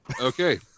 Okay